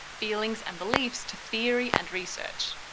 feelings and beliefs to theory and research.